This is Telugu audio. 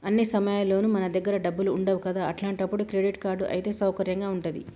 అన్ని సమయాల్లోనూ మన దగ్గర డబ్బులు ఉండవు కదా అట్లాంటప్పుడు క్రెడిట్ కార్డ్ అయితే సౌకర్యంగా ఉంటది